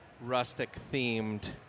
rustic-themed